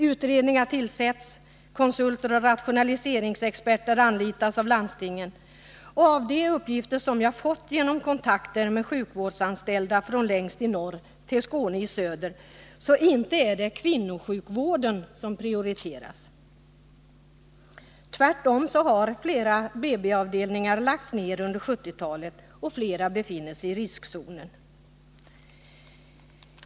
Utredningar tillsätts, konsulter och rationaliseringsexperter anlitas av landstingen, men, enligt de uppgifter som jag har fått genom kontakter med sjukvårdsanställda från längst i norr till Skåne i söder, inte är det kvinnosjukvården som prioriteras. Tvärtom har flera BB-avdelningar lagts ned under 1970-talet, och flera befinner sig i riskzonen.